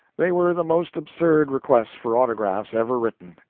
they were the most absurd requests for autographs ever written.